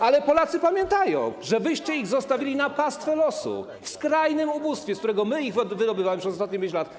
Ale Polacy pamiętają, że wyście ich zostawili na pastwę losu w skrajnym ubóstwie, z którego my ich wydobywamy przez ostatnie 5 lat.